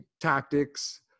tactics